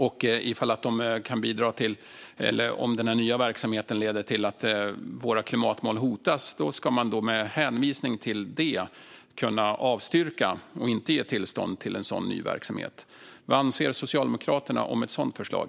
Om den nya verksamheten leder till att våra klimatmål hotas ska man med hänvisning till detta kunna avstyrka och inte ge tillstånd till en sådan ny verksamhet. Vad anser Socialdemokraterna om ett sådant förslag?